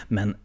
Men